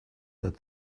that